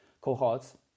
cohorts